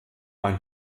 ein